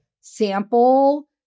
sample